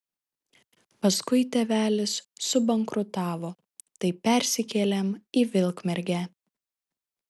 paskui tėvelis subankrutavo tai persikėlėm į vilkmergę